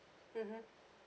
mmhmm